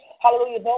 Hallelujah